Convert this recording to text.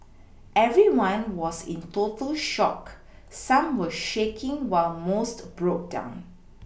everyone was in total shock some were shaking while most broke down